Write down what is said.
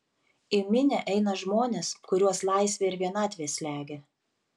į minią eina žmonės kuriuos laisvė ir vienatvė slegia